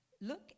Look